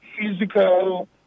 physical